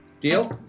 Deal